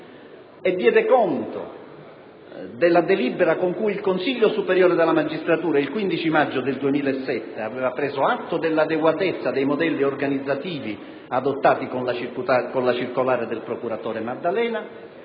diede conto della delibera con cui il Consiglio superiore della magistratura il 15 maggio 2007 aveva preso atto dell'adeguatezza dei modelli organizzativi adottati con la circolare del procuratore Maddalena,